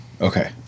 Okay